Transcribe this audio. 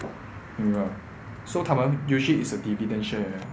ya so 他们 usually is a dividend share